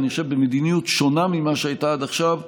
ואני חושב שבמדיניות שונה ממה שהייתה עד עכשיו,